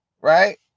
Right